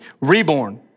reborn